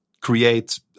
create